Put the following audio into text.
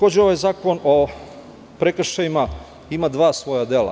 Ovaj Zakon o prekršajima ima dva svoja dela.